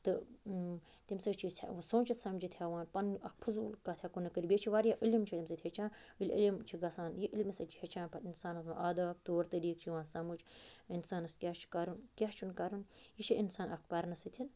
تہٕ تَمہِ سۭتۍ چھِ أسۍ سوٗنٛچِتھ سَمجِتھ ہیٚوان پَنُن اَکھ فضوٗل کَتھ ہیٚکو نہٕ کٔرِتھ بیٚیہِ چھِ واریاہ علم چھُ اَمہِ سۭتۍ ہیٚچھان ییٚلہِ علم چھُ گژھان یہِ علمہِ سۭتۍ چھُ ہیٚچھان پَتہٕ اِنسانَس آداب طور طریٖقہٕ چھُ یِوان سَمٕجھ اِنسانَس کیٛاہ چھُ کَرُن کیٛاہ چھُنہٕ کَرُن یہِ چھِ اِنسان اَکھ پَرنہٕ سۭتٮ۪ن